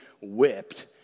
whipped